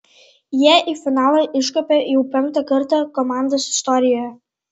jie į finalą iškopė jau penktą kartą komandos istorijoje